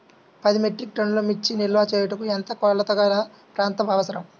పది మెట్రిక్ టన్నుల మిర్చి నిల్వ చేయుటకు ఎంత కోలతగల ప్రాంతం అవసరం?